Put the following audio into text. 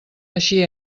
així